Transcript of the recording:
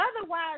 Otherwise